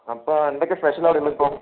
അപ്പം എന്തൊക്കെ സ്പെഷ്യല് അവിടെ ഉള്ളത് ഇപ്പം